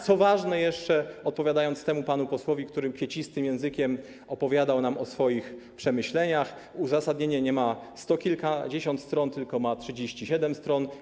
Co jeszcze ważne - odpowiadam temu panu posłowi, który kwiecistym językiem opowiadał nam o swoich przemyśleniach - uzasadnienie nie ma sto kilkadziesiąt stron, tylko ma 37 stron.